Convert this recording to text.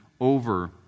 over